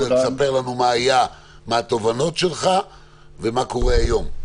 תספר לנו מה היה, מה התובנות שלך ומה קורה היום.